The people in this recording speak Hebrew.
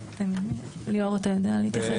ליאור, אתה יודע להתייחס?